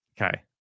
Okay